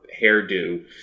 hairdo